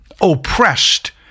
oppressed